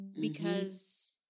because-